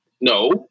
no